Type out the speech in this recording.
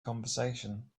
conversation